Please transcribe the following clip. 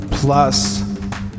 Plus